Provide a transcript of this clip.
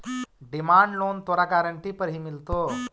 demand loan तोरा guarantee पर ही मिलतो